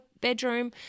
bedroom